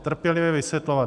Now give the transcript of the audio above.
Trpělivě vysvětlovat.